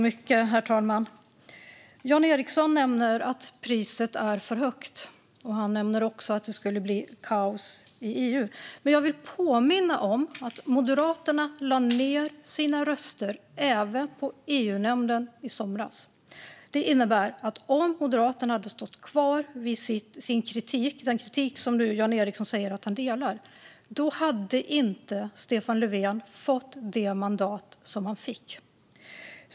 Herr talman! Jan Ericson nämner att priset är för högt. Han nämner också att det skulle bli kaos i EU. Men jag vill påminna om att Moderaterna lade ned sina röster även i EU-nämnden i somras. Om Moderaterna hade stått kvar vid sin kritik, den kritik som nu Jan Ericson säger att han delar, hade Stefan Löfven inte fått det mandat som han fick.